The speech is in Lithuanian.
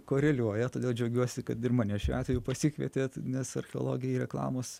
koreliuoja todėl džiaugiuosi kad ir mane šiuo atveju pasikvietėt nes archeologijai reklamos